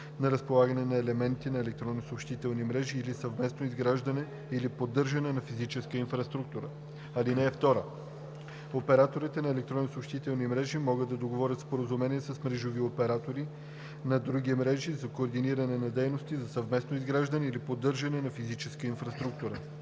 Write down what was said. на разполагане на елементи на електронни съобщителни мрежи или съвместно изграждане или поддържане на физическа инфраструктура. (2) Операторите на електронни съобщителни мрежи могат да договарят споразумения с мрежови оператори на други мрежи за координиране на дейности за съвместно изграждане или поддържане на физическа инфраструктура.